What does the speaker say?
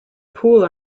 pool